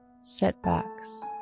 setbacks